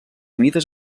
mides